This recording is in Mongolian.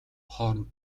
хооронд